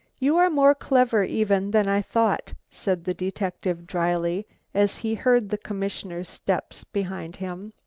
you are more clever even than i thought, said the detective dryly as he heard the commissioner's steps behind him.